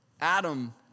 Adam